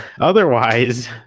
otherwise